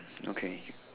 okay